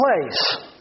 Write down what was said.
place